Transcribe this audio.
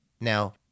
Now